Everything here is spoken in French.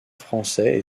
français